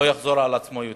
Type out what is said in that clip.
לא יחזור על עצמו.